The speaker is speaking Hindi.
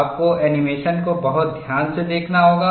आपको एनीमेशन को बहुत ध्यान से देखना होगा